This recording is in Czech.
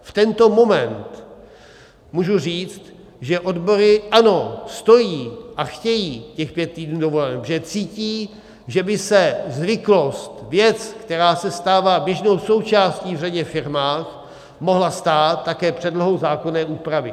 V tento moment můžu říct, že odbory, ano, stojí a chtějí těch pět týdnů dovolené, protože cítí, že by se zvyklost, věc, která se stává běžnou součástí v řadě firem, mohla stát také předlohou zákonné úpravy.